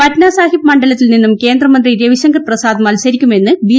പാട്നാ സാഹിബ് മണ്ഡലത്തിൽ നിന്നും കേന്ദ്രമന്ത്രി രവിശങ്കർ പ്രസാദ് മത്സരിക്കുക്ടുമന്ന് ബി